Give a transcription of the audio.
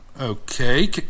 Okay